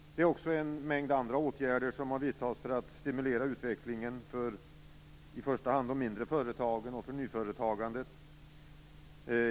En mängd andra åtgärder har också vidtagits för att stimulera utvecklingen för i första hand de mindre företagen och för nyföretagandet.